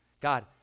God